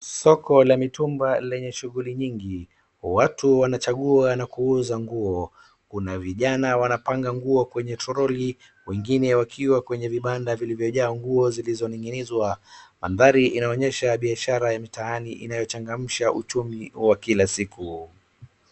Soko la mitumba lenye shughuli nyingi. Watu wanachagua na kuuza nguo. Kuna vijana wanapanga nguo kwenye troli, wengine wakiwa kwenye vibanda vilivyojaa nguo zilizoning'inizwa. Manthari inaonyesha biashara ya mtaani inayachangamsha uchumi wa kila siku.